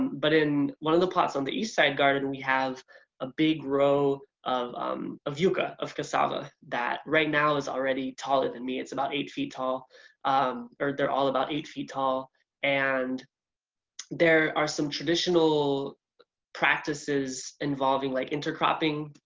but in one of the plots on the east side garden we have a big row of um of yucca, of cassava that right now is already taller than me. it's about eight feet tall or they're all about eight feet tall and there are some traditional practices involving in like intercropping,